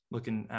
Looking